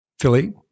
Philly